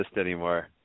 anymore